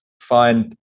find